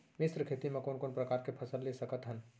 मिश्र खेती मा कोन कोन प्रकार के फसल ले सकत हन?